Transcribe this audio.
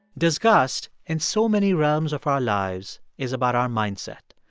disgust, in so many realms of our lives, is about our mindset.